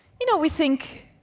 you know, we think,